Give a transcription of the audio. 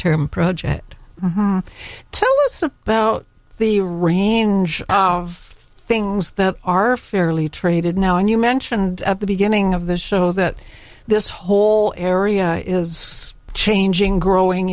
term project tell us about the range of things that are fairly traded now and you mentioned at the beginning of the show that this whole area is changing growing